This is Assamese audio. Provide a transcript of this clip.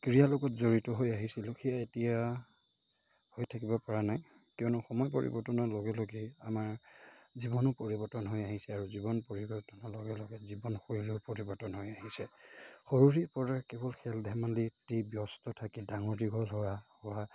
ক্ৰীড়াৰ লগত জড়িত হৈ আহিছিলোঁ সেয়া এতিয়া হৈ থাকিব পৰা নাই কিয়নো সময় পৰিৱৰ্তনৰ লগে লগেই আমাৰ জীৱনো পৰিৱৰ্তন হৈ আহিছে আৰু জীৱন পৰিৱৰ্তনৰ লগে লগে জীৱন শৈলীও পৰিৱৰ্তন হৈ আহিছে সৰুৰেপৰা কেৱল খেল ধেমালিতেই ব্যস্ত থাকি ডাঙৰ দীঘল হোৱা হোৱা